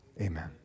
Amen